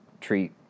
treat